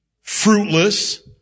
fruitless